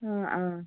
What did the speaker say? ആ ആ